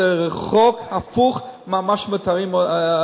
תראי כמה הכול זה רחוק, הפוך ממה שמתארים אותנו.